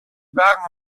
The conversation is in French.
barre